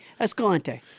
Escalante